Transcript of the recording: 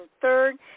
third